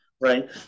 right